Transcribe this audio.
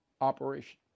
operation